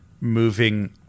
moving